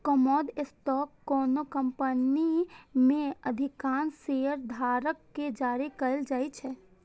common stock कोनो company मे अधिकांश शेयरधारक कें जारी कैल जाइ छै